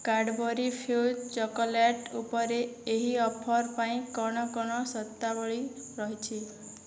Cadbury Fuse chocolate ଉପରେ ଏହି offer ପାଇଁ କ'ଣ କ'ଣ ସର୍ତ୍ତାବଳୀ ରହିଛି